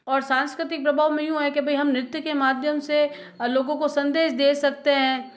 और सांस्कृतिक प्रभाव में यूँ है कि भाई हम नृत्य के माध्यम से लोगों को संदेश दे सकते है